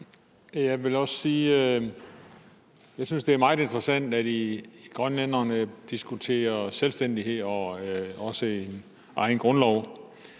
Jeg vil også sige, at jeg synes, det er meget interessant, at grønlænderne diskuterer selvstændighed og en egen grundlov,